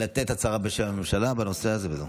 לתת הצהרה בשם הממשלה בנושא הזה, וזהו.